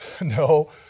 No